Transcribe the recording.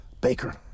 Baker